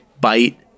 bite